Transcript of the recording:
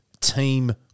team